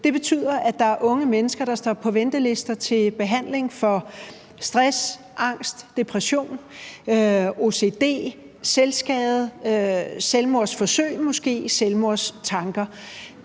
Det betyder, at der er unge mennesker, der står på ventelister til behandling for stress, angst, depression, ocd, selvskade, selvmordsforsøg, måske, og selvmordstanker.